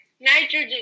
nitrogen